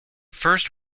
first